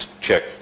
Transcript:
check